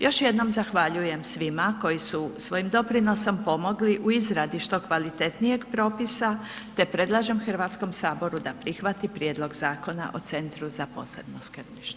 Još jednom zahvaljujem svima koji su svojim doprinosom pomogli u izradu što kvalitetnijeg propisa te predlažem Hrvatskom saboru da prihvati prijedlog Zakona o Centru za posebno skrbništvo.